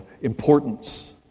importance